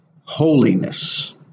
holiness